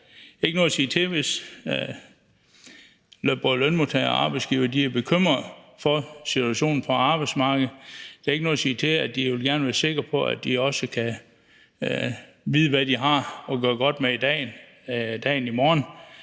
der er ikke noget at sige til, at de gerne vil være sikre på, at de kan vide, hvad de har at gøre godt med også i morgen.